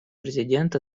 президент